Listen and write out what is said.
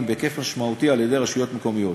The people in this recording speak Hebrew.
בהיקף משמעותי על-ידי רשויות מקומיות.